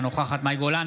אינה נוכחת מאי גולן,